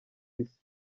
isi